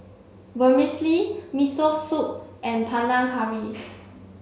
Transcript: Vermicelli Miso Soup and Panang Curry